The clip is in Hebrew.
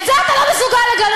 את זה אתה לא מסוגל לגנות.